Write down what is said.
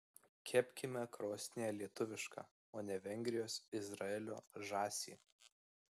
kepkime krosnyje lietuvišką o ne vengrijos izraelio žąsį